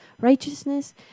righteousness